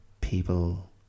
people